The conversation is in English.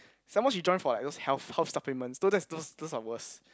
some more she join for like those health health supplements so that those those are worst